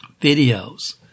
videos